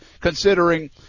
considering